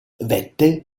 vettel